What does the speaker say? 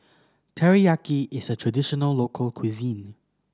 teriyaki is a traditional local cuisine